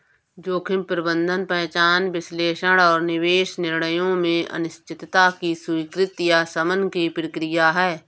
जोखिम प्रबंधन पहचान विश्लेषण और निवेश निर्णयों में अनिश्चितता की स्वीकृति या शमन की प्रक्रिया है